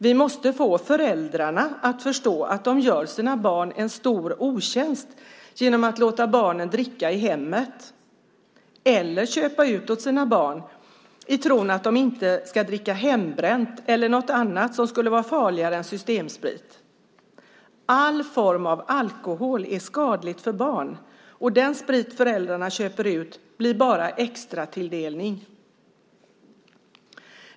Vi måste få föräldrarna att förstå att de gör sina barn en stor otjänst genom att låta barnen dricka i hemmet eller köpa ut åt sina barn i tron att de inte ska dricka hembränt eller något annat som skulle vara farligare än systemsprit. All form av alkohol är skadlig för barn. Den sprit föräldrarna köper ut blir bara extratilldelning.